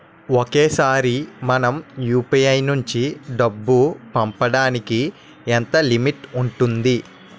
ఒకేసారి మనం యు.పి.ఐ నుంచి డబ్బు పంపడానికి ఎంత లిమిట్ ఉంటుంది?